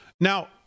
Now